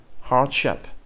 hardship